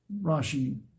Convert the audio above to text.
Rashi